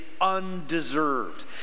undeserved